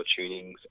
tunings